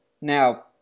Now